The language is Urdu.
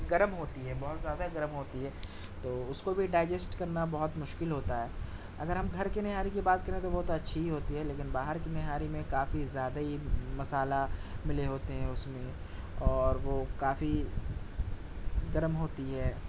گرم ہوتی ہے بہت زیادہ گرم ہوتی ہے تو اس کو بھی ڈائجسٹ کرنا بہت مشکل ہوتا ہے اگر ہم گھر کے نہاری کی بات کریں تو وہ تو اچھی ہی ہوتی ہے لیکن باہر کی نہاری میں کافی زیادہ ہی مسالہ ملے ہوتے ہیں اس میں اور وہ کافی گرم ہوتی ہے